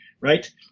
right